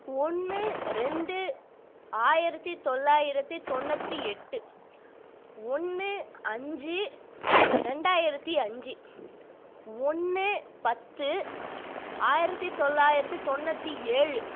ஒன்று ரெண்டு ஆயிரத்து தொள்ளாயிரத்து தொண்ணூற்றி எட்டு ஒன்று அஞ்சு ரெண்டாயிரத்து அஞ்சு ஒன்று பத்து ஆயிரத்து தொள்ளாயிரத்து தொண்ணூற்றி ஏழு